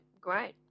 great